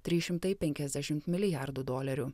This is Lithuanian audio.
trys šimtai penkiasdešim milijardų dolerių